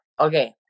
Okay